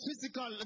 physical